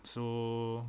so